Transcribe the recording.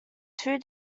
two